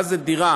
מה זה דירה?